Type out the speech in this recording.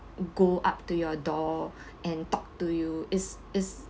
go up to your door and talk to you is is